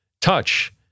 touch